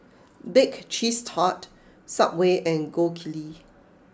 Bake Cheese Tart Subway and Gold Kili